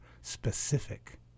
specific